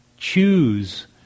choose